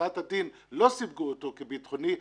בהכרעת הדין לא סיווגו אותו כביטחוני,